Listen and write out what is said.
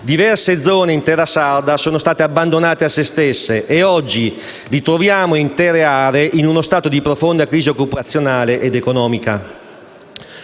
diverse zone in terra sarda sono state abbandonate a se stesse e oggi ritroviamo intere aree in uno stato di profonda crisi occupazionale ed economica.